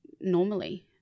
normally